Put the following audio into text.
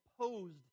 opposed